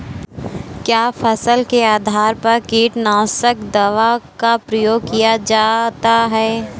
क्या फसल के आधार पर कीटनाशक दवा का प्रयोग किया जाता है?